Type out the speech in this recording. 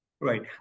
Right